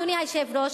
אדוני היושב-ראש,